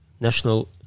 national